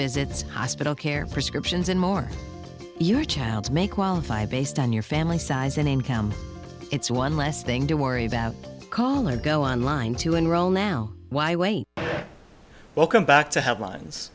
visits hospital care prescriptions and more your child may qualify based on your family size and income it's one less thing to worry about call or go online to enroll now why wait welcome back to have lines